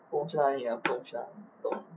我懂去哪里 lah 不懂去哪里不懂